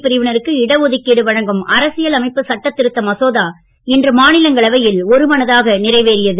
பிரிவினருக்கு இட ஒதுக்கீடு வழங்கும் அரசியல் அமைப்பு சட்டத் திருத்த மசோதா இன்று மாநிலங்களவையில் ஒருமனதாக நிறைவேறியது